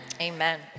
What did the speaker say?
Amen